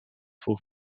vor